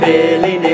Billy